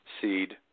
seed